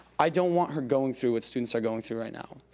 i don't want her going through what students are going through right now.